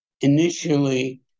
initially